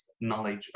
knowledge